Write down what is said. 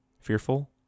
fearful